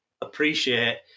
appreciate